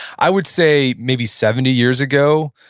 i would say maybe seventy years ago,